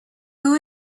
who